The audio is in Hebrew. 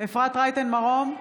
אפרת רייטן מרום,